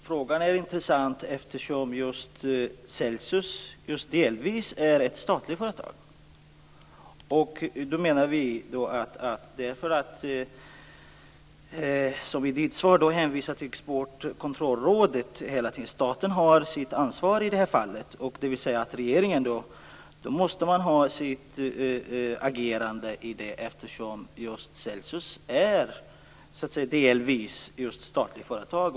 Fru talman! Frågan är intressant eftersom just Celsius delvis är ett statligt företag. Ministern hänvisar hela tiden i sitt svar till Exportkontrollrådet. Men staten har sitt ansvar i det här fallet, dvs. regeringen måste agera eftersom Celsius delvis är ett statligt företag.